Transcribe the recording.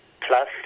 plus